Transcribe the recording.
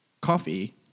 coffee